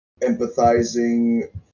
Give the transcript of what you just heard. empathizing